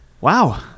wow